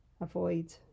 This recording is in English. avoid